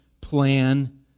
plan